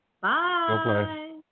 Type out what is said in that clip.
Bye